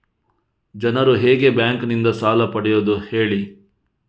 ಜನರು ಹೇಗೆ ಬ್ಯಾಂಕ್ ನಿಂದ ಸಾಲ ಪಡೆಯೋದು ಹೇಳಿ